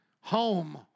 Home